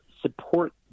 support